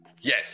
yes